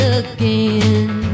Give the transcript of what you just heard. again